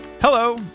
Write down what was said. Hello